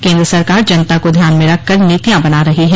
केन्द्र सरकार जनता को ध्यान में रखकर नीतियां बना रही है